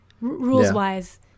rules-wise